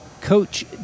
Coach